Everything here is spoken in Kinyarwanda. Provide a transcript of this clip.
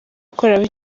gukora